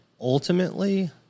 ultimately